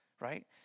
right